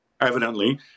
evidently